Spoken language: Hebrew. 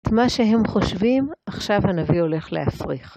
את מה שהם חושבים, עכשיו הנביא הולך להפריך.